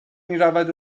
میرود